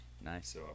nice